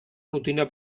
rutina